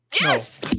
Yes